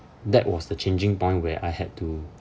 that was the changing point where I had to